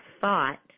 thought